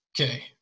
Okay